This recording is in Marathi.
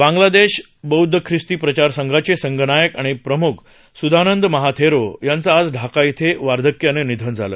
बांगलादेश बबौद्ध क्रिस्ती प्रचार संघाचे संघनायक आणि प्रम्ख स्धानंद महाथेरो यांचं आज ढाका इथं वार्धक्यानं निधन झालं